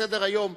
בסדר-היום,